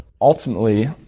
ultimately